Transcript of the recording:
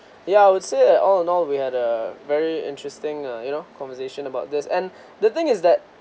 ya I would say all and all we had a very interesting uh you know conversation about this and the thing is that